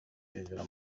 лидера